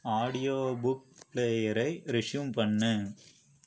audio book பிளேயரை resume பண்ணு